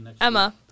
Emma